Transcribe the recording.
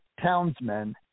townsmen